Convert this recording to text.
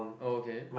oh okay